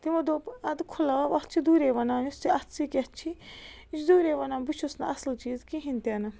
تِمو دوٚپ اَدٕ کھُلاو اَتھ چھُ دوٗرے وَنان یُس ژےٚ اَتھسٕے کٮ۪تھ چھُے یہِ چھُ دوٗرے وَنان بہٕ چھُس نہٕ اَصٕل چیٖز کِہیٖنۍ تہِ نہٕ